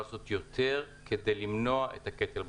לעשות יותר כדי למנוע את הקטל בדרכים,